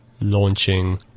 launching